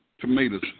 tomatoes